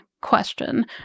question